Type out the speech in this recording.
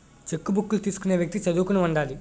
చెక్కుబుక్కులు తీసుకునే వ్యక్తి చదువుకుని ఉండాలి